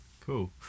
cool